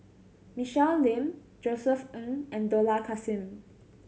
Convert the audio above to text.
Michelle Lim Josef Ng and Dollah Kassim